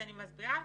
אני מסבירה לך.